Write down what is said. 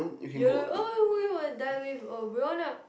you die with